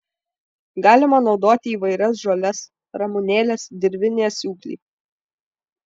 galima naudoti įvairias žoles ramunėles dirvinį asiūklį